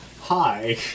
hi